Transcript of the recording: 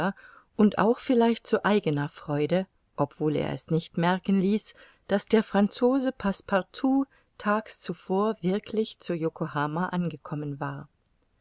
und auch vielleicht zu eigener freude obwohl er es nicht merken ließ daß der franzose passepartout tags zuvor wirklich zu yokohama angekommen war